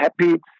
happy